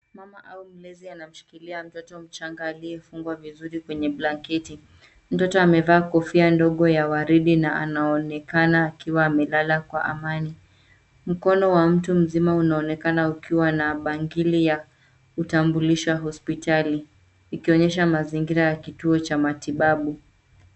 Mama au mlezi anamshikilia mtoto mchanga aliyefungwa vizuri kwenye blanketi. Mtoto amevaa kofia ndogo ya waridi na anaonekana akiwa amelala kwa amani. Mkono wa mtu mzima unaonekana ukiwa na bangili ya kutambulisha hospitali, ikionyesha mazingira ya kituo cha matibabu.